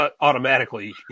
automatically